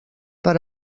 per